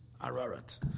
Ararat